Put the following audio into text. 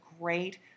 great